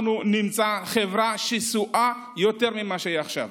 נמצא חברה שסועה יותר ממה שהיא עכשיו.